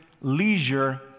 leisure